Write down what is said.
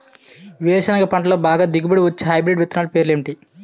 వేరుసెనగ పంటలో బాగా దిగుబడి వచ్చే హైబ్రిడ్ విత్తనాలు పేర్లు ఏంటి?